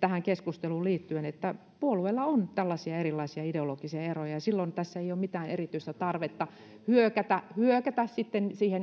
tähän keskusteluun liittyen että puolueilla on tällaisia erilaisia ideologisia eroja ja silloin tässä ei ole mitään erityistä tarvetta hyökätä hyökätä